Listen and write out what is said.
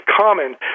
common